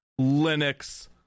Linux